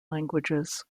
languages